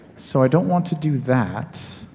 so i don't want to do that.